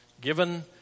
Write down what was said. Given